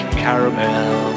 caramel